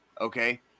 Okay